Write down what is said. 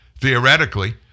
Theoretically